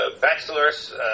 bachelor's